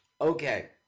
Okay